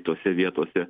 tose vietose